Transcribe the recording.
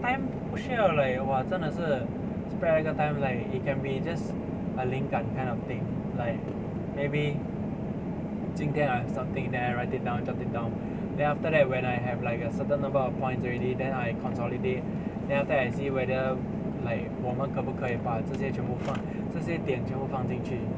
time 不需要 like !wah! 真的是 spread up 一个 time like it can be just a 灵感 kind of thing like maybe 今天 I have something then I write it down I jot it down then after that when I have like a certain number of points already then I consolidate then after that I see whether like 我们可不可以把这些全部放这些点全部放进去